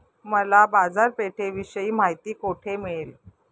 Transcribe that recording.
मला बाजारपेठेविषयी माहिती कोठे मिळेल?